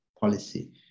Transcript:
policy